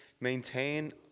maintain